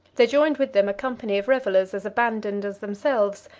they joined with them a company of revelers as abandoned as themselves,